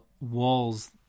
walls